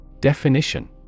Definition